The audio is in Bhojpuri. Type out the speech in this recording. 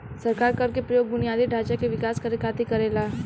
सरकार कर के प्रयोग बुनियादी ढांचा के विकास करे खातिर करेला